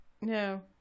No